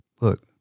look